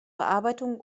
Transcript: bearbeitungen